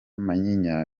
manyinya